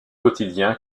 quotidien